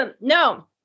No